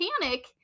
panic